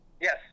Yes